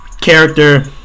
character